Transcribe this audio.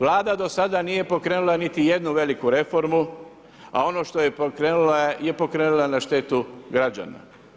Vlada do sada nije pokrenula niti jednu veliku reformu, a ono što je pokrenula je pokrenula na štetu građana.